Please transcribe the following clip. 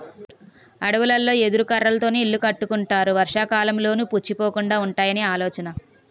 అడవులలో ఎదురు కర్రలతోనే ఇల్లు కట్టుకుంటారు వర్షాకాలంలోనూ పుచ్చిపోకుండా వుంటాయని ఆలోచన